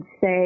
say